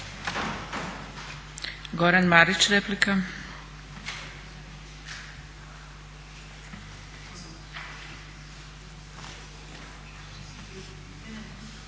Goran Marić, replika.